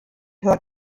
hört